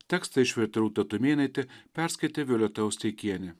tekstą išvertė rūta tumėnaitė perskaitė violeta osteikienė